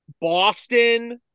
Boston